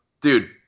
dude